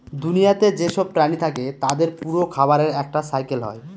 দুনিয়াতে যেসব প্রাণী থাকে তাদের পুরো খাবারের একটা সাইকেল হয়